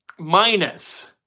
Minus